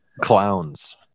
clowns